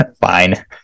fine